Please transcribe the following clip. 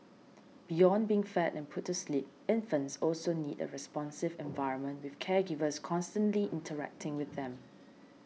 beyond being fed and put to sleep infants also need a responsive environment with caregivers constantly interacting with them